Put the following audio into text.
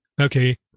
Okay